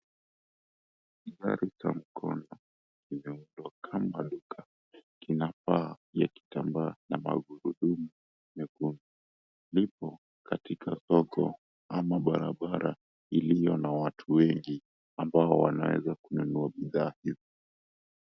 Kigari cha mkono kimeundwa kama duka kina paa ya kitambaa na magurudumu mekundu lipo katika soko ama barabara iliyo na watu wengi ambao wanaeza kununua bidhaa hizi.